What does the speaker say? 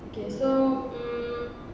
okay so mm